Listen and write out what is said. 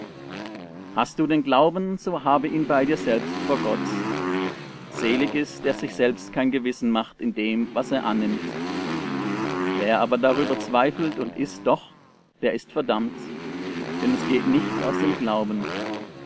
hast du den glauben so habe ihn bei dir selbst vor gott selig ist der sich selbst kein gewissen macht in dem was er annimmt wer aber darüber zweifelt und ißt doch der ist verdammt denn es geht nicht aus dem glauben